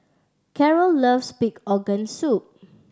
Carroll loves pig organ soup